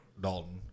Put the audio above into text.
Dalton